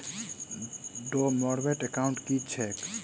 Dormant account की छैक?